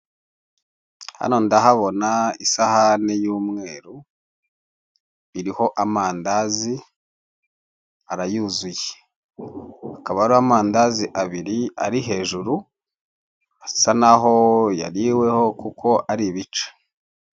Hano ndahabona isahani y'umweru, iriho amandazi, arayuzuye. Hakaba hari amandazi abiri ari hejuru, asanaho yariweho kuko ari ibice.